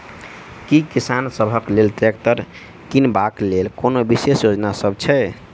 की किसान सबहक लेल ट्रैक्टर किनबाक लेल कोनो विशेष योजना सब छै?